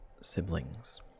siblings